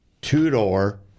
two-door